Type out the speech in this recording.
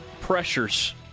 pressures